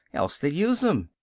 else they'd use em.